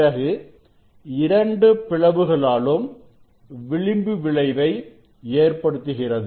பிறகு 2 பிளவுகளாலும் விளிம்பு விளைவை ஏற்படுத்துகிறது